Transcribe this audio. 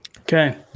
Okay